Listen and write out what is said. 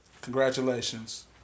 Congratulations